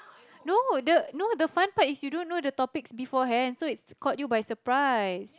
no the no the fun part is that you don't know the topics beforehand so it caught you by surprise